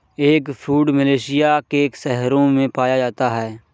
eggfruit Malaysia के शहरों में पाया जाता है